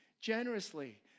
generously